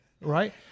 right